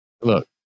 Look